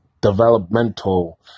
developmental